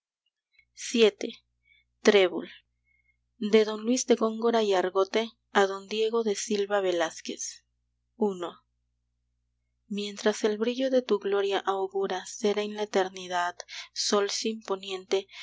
vii trébol de don luis de góngora y argote a don diego de silva velázquez i mientras el brillo de tu gloria augura ser en la eternidad sol sin poniente